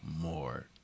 more